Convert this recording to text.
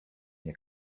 nie